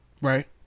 Right